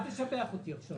אל תשבח אותי עכשיו.